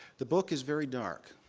the book is very dark.